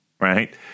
right